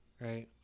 right